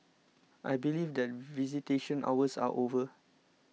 I believe that visitation hours are over